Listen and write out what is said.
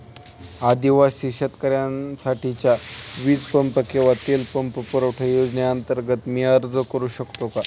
आदिवासी शेतकऱ्यांसाठीच्या वीज पंप किंवा तेल पंप पुरवठा योजनेअंतर्गत मी अर्ज करू शकतो का?